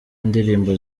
indirimbo